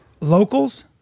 locals